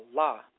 Allah